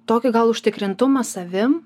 tokį gal užtikrintumą savim